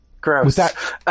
Gross